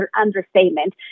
understatement